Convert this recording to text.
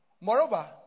Moreover